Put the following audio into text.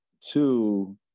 Two